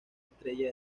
estrella